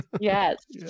Yes